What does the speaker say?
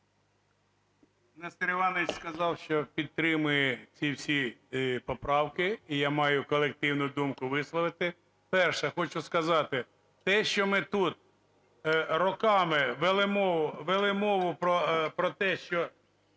Нестор Іванович сказав, що підтримує ці всі поправки. І я маю колективну думку висловити. Перше. Хочу сказати: те, що ми тут роками вели мову, вели мову